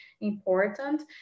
important